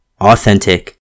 authentic